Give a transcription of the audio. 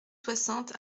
soixante